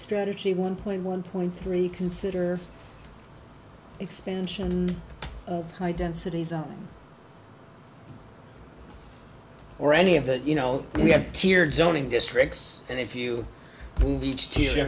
strategy one point one point three consider expansion the high density zone or any of the you know we have tiered zoning districts and if you move each t